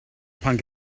pan